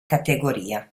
categoria